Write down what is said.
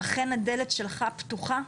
אכן הדלת שלך פתוחה,